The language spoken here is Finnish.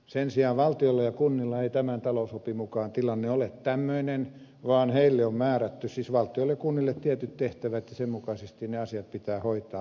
sen sijaan valtiolla ja kunnilla ei tämän talousopin mukaan tilanne ole tämmöinen vaan niille on määrätty siis valtiolle ja kunnille tietyt tehtävät ja sen mukaisesti ne asiat pitää hoitaa